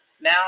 Now